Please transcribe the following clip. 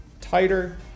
tighter